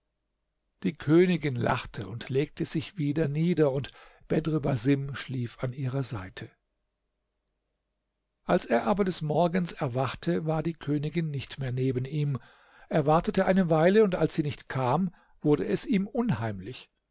die königin lachte und legte sich wieder nieder und bedr basim schlief an ihrer seite als er aber des morgens erwachte war die königin nicht mehr neben ihm er wartete eine weile und als sie nicht kam wurde es ihm unheimlich